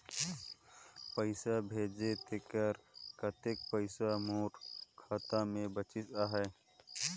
पइसा भेजे तेकर कतेक पइसा मोर खाता मे बाचिस आहाय?